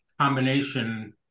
combination